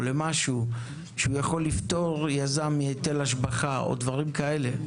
שהוא יכול לפטור יזם מהיטל השבחה, או דברים כאלה.